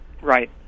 Right